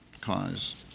cause